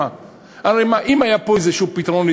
הרי אם היה פה איזשהו פתרון,